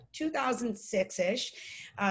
2006-ish